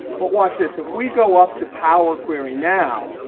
but watch this. if we go up to power query now,